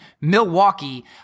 Milwaukee